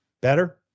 Better